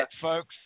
folks